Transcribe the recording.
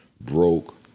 broke